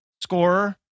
scorer